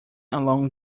along